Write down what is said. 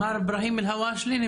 מר אברהים אלהואשלה,